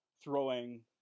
throwing